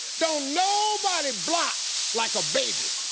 don't nobody block like a baby.